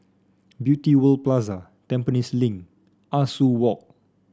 Beauty World Plaza Tampines Link Ah Soo Walk